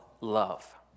love